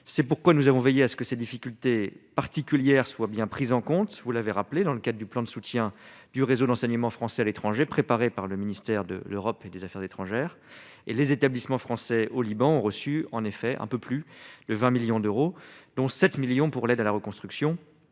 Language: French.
c'est pourquoi nous avons veillé à ce que ces difficultés particulières soient bien prises en compte, vous l'avez rappelé dans le cadre du plan de soutien du réseau d'enseignement français à l'étranger, préparé par le ministère de l'Europe et des Affaires étrangères et les établissements français au Liban, ont reçu, en effet, un peu plus le 20 millions d'euros, dont 7 millions pour l'aide à la reconstruction,